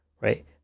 right